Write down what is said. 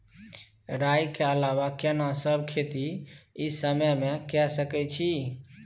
राई के अलावा केना सब खेती इ समय म के सकैछी?